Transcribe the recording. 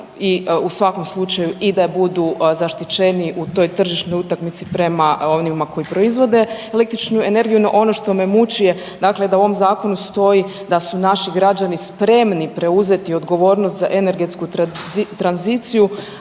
i u svakom slučaju i da budu zaštićeniji u toj tržišnoj utakmici prema onima koji proizvode električnu energiju. No ono što me muči je dakle da u ovom zakonu stoji da su naši građani spremni preuzeti odgovornost za energetsku tranziciju